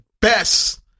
best